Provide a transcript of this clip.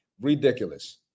ridiculous